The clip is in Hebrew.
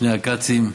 שני הכצים,